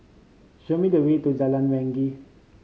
show me the way to Jalan Wangi